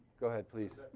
go ahead, please.